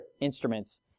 instruments